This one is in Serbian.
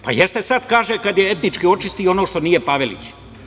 Pa jeste sada kaže kada je etnički očistio ono što nije Pavelić.